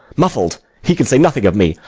muffled! he can say nothing of me.